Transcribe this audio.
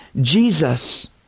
Jesus